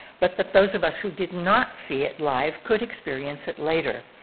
but that those of us who did not see it live could experience it later.